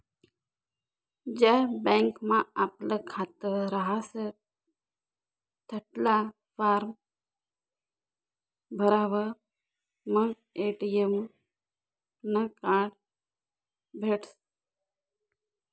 ज्या बँकमा आपलं खातं रहास तठला फार्म भरावर मंग ए.टी.एम नं कार्ड भेटसं